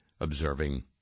observing